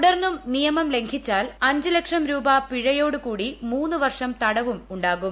തുടർന്നും നിയമം ലംഘിച്ചാൽ അഞ്ചു ലക്ഷം രൂപ പിഴയോടുകൂടി മൂന്നുവർഷം തടവും ഉണ്ടാകും